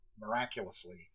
miraculously